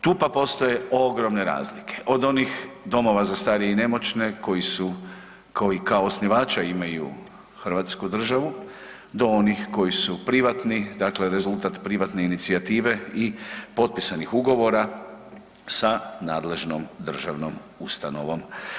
Tu pak postoje ogromne razlike, od onih domova za starije i nemoćne koji su kao i kao osnivača imaju hrvatsku državu do onih koji su privatni, dakle rezultat privatne inicijative i potpisanih ugovora sa nadležnom državnom ustanovom.